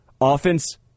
offense